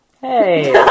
Hey